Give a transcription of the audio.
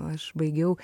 aš baigiau